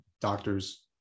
doctors